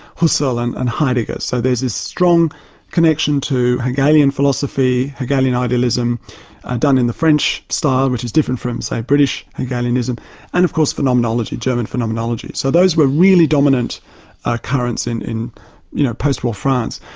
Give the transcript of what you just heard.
husserl and and heidegger, so there's this strong connection to hegelian philosophy, hegelian idolism done in the french style, which is different from, say, british hegelianism and of course phenomenology, german phenomenology. so those were really dominant currents in in you know postwar france.